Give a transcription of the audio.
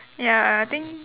ya I think